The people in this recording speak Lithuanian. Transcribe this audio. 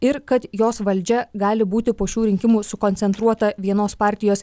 ir kad jos valdžia gali būti po šių rinkimų sukoncentruota vienos partijos